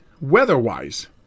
weather-wise